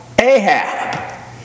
Ahab